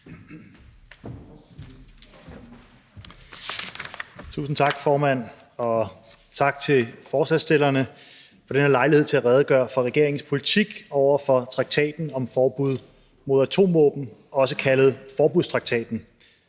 Tusind tak, formand, og tak til forespørgerne for at få den her lejlighed til at redegøre for regeringens politik i forhold til traktaten om forbud mod atomvåben, også kaldet forbudstraktaten.